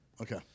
okay